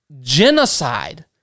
genocide